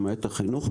למעט החינוך,